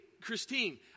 Christine